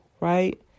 right